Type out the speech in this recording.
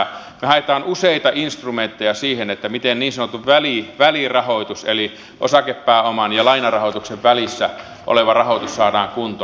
me haemme useita instrumentteja siihen miten niin sanottu välirahoitus eli osakepääoman ja lainarahoituksen välissä oleva rahoitus saadaan kuntoon